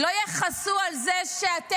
לא יכסו על זה שאתם,